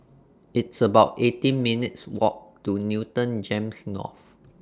It's about eighteen minutes' Walk to Newton Gems North